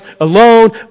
alone